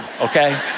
okay